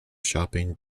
shopping